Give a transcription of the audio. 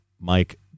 Mike